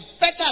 better